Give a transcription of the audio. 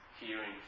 hearing